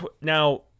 now